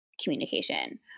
communication